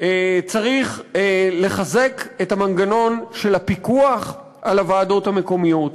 צריך לחזק את המנגנון של הפיקוח על הוועדות המקומיות,